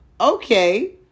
Okay